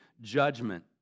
judgment